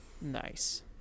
nice